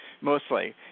mostly